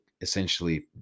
essentially